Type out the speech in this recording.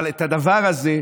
אבל הדבר הזה,